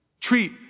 Treat